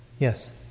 Yes